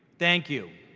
thank you.